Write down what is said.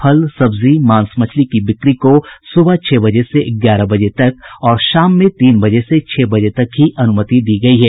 फल सब्जी मांस मछली की बिक्री को सुबह छह बजे से ग्यारह बजे तक और शाम में तीन बजे से छह बजे तक ही अनुमति दी गयी है